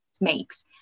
makes